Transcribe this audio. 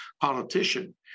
politician